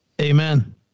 Amen